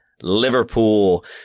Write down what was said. Liverpool